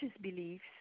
beliefs